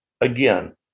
Again